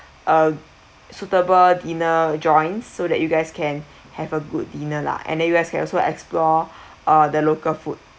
uh suitable dinner joins so that you guys can have a good dinner lah and then you guys can also explore uh the local food